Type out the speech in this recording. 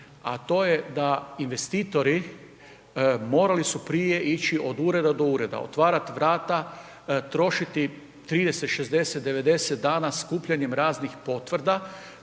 a to ej da investitori morali su prije ići od ureda do ureda, otvarati vrata, trošiti 30, 60, 90 dana skupljanjem raznih potvrda,